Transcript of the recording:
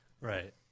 Right